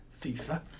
FIFA